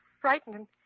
frightened